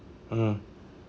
hmm